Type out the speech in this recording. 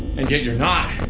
and yet you're not!